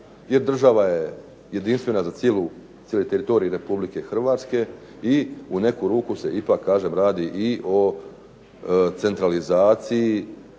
gdje država je jedinstvena za cijeli teritorij Republike Hrvatske, u neku ruku kažem ipak se radi o centralizaciji